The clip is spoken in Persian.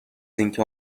اینکه